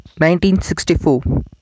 1964